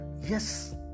Yes